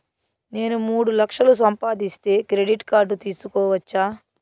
నేను మూడు లక్షలు సంపాదిస్తే క్రెడిట్ కార్డు తీసుకోవచ్చా?